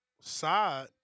Side